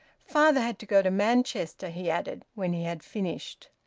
father had to go to manchester, he added, when he had finished.